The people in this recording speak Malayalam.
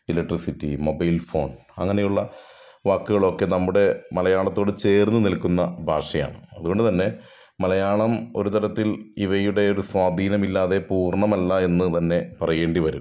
എലക്ട്രിസിറ്റി മൊബൈൽ ഫോൺ അങ്ങനെയുള്ള വാക്കുകളൊക്കെ നമ്മുടെ മലയാളത്തോട് ചേർന്ന് നിൽക്കുന്ന ഭാഷയാണ് അതുകൊണ്ട് തന്നെ മലയാളം ഒരുതരത്തിൽ ഇവയുടെ സ്വാധീനമില്ലാത്ത പൂർണ്ണമല്ല എന്ന് തന്നെ പറയേണ്ടി വരും